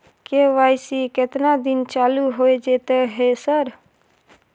KYC केतना दिन चालू होय जेतै है सर?